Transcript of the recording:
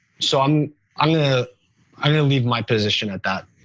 so i'm i'm going to leave my position at that.